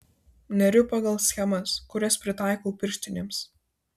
neriu pagal schemas kurias pritaikau pirštinėms